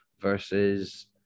versus